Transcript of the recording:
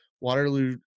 Waterloo